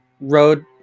road